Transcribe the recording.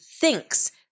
thinks